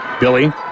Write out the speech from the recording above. Billy